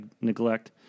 neglect